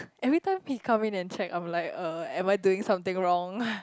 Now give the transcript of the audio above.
every time he come in and check I'm like uh am I doing something wrong